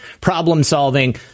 problem-solving